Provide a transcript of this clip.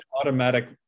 automatic